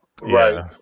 right